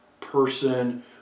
person